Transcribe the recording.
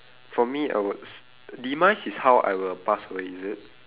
for me I would s~ demise is how I will pass away is it